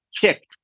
kicked